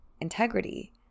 integrity